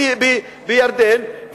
בירדן,